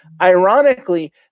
Ironically